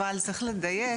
אבל צריך לדייק,